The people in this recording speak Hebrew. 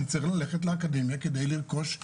אני צריך ללכת לאקדמיה כדי לרכוש תעסוקה,